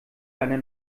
deiner